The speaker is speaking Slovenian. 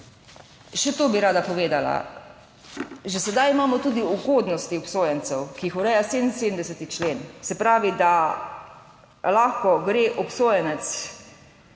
Še to bi rada povedala. Že sedaj imamo tudi ugodnosti obsojencev, ki jih ureja 77. člen, se pravi, da lahko gre obsojenec